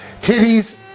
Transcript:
titties